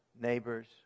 neighbors